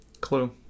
clue